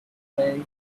pray